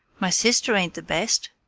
my sister ain't the best!